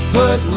put